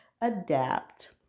adapt